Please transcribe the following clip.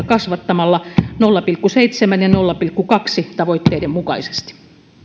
kasvattamalla kokonaisrahoitusta nolla pilkku seitsemän ja nolla pilkku kaksi tavoitteiden mukaisesti